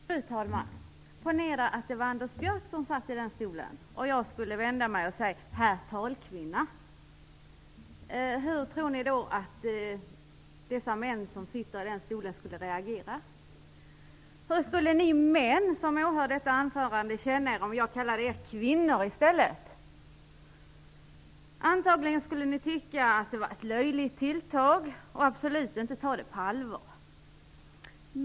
Fru talman! Ponera att det var Anders Björck som satt i den stolen och jag skulle vända mig till honom och säga: Herr talkvinna! Hur tror ni att de män som sitter i den stolen skulle reagera? Hur skulle ni män som åhör detta anförande känna er om jag kallade er för kvinnor i stället? Antagligen skulle ni tycka att det var ett löjligt tilltag och absolut inte ta det på allvar.